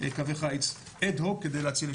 קווי חיץ אד הוק, כדי להציל ישובים.